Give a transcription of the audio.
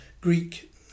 Greek